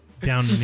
down